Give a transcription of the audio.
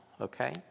okay